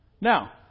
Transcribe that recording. Now